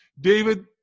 David